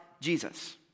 Jesus